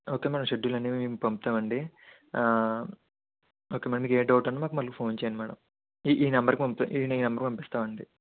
okay madam schedule అన్ని పంపుతామండి okay madam మీకే డౌట్ ఉన్నా మాకు మళ్ళీ ఫోన్ చేయండి మేడం ఈ ఈ నంబర్ ఈ నంబర్కి పంపిస్తామండి